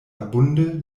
abunde